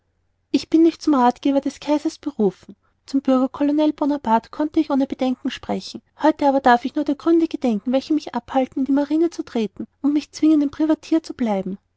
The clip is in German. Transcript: ich bin nicht zum rathgeber eines kaisers berufen zum bürger colonel bonaparte konnte ich ohne bedenken sprechen heut aber darf ich nur der gründe gedenken welche mich abhalten in die marine zu treten und mich zwingen ein privateer zu bleiben